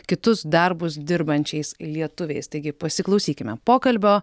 kitus darbus dirbančiais lietuviais taigi pasiklausykime pokalbio